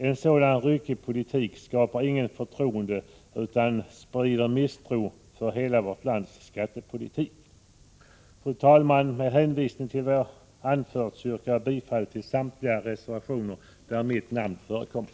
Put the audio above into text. En sådan ryckig politik skapar inget förtroende utan sprider misstro mot vårt lands hela skattepolitik. Fru talman! Med hänvisning till vad jag anfört yrkar jag bifall till samtliga reservationer där mitt namn förekommer.